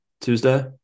Tuesday